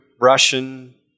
Russian